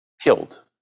killed